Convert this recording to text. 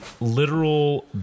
literal